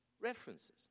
references